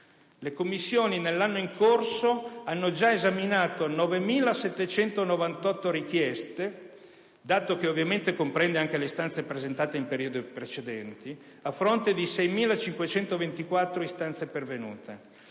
Le Commissioni nell'anno in corso hanno già esaminato 9.798 richieste (dato che ovviamente comprende anche le istanze presentate in periodi precedenti) a fronte di 6.524 istanze pervenute.